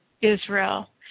Israel